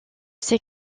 ses